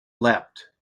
leapt